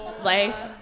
Life